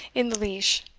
in the leash,